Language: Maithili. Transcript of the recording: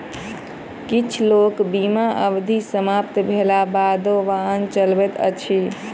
किछ लोक बीमा अवधि समाप्त भेलाक बादो वाहन चलबैत अछि